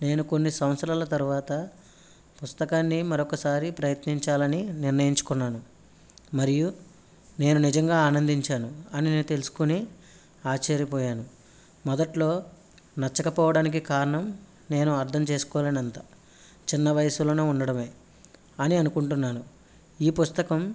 నేను కొన్ని సంవత్సరాల తర్వాత పుస్తకాన్ని మరొక్కసారి ప్రయత్నించాలని నిర్ణయించుకున్నాను మరియు నేను నిజంగా ఆనందించాను అని నేను తెలుసుకుని ఆశ్చర్యపోయాను మొదట్లో నచ్చకపోవడానికి కారణం నేను అర్థంచేసుకోలేనంత చిన్న వయసులో ఉండడమే అని అనుకుంటున్నాను ఈ పుస్తకం